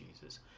Jesus